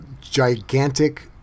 gigantic